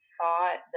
thought